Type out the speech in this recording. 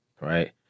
right